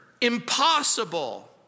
impossible